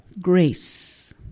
grace